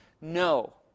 No